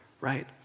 right